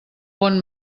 bon